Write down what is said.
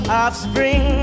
offspring